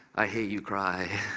i hear you cry.